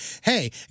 hey